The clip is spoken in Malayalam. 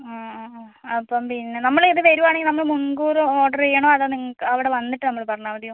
ആ ആ അപ്പം പിന്നെ നമ്മള് ഇത് വരുവാണങ്കിൽ നമ്മള് മുൻകൂറ് ഓർഡർ ചെയ്യണോ അതോ നിങ്ങൾക്ക് അവിടെ വന്നിട്ട് നമ്മള് പറഞ്ഞാൽ മതിയോ